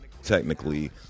technically